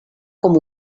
com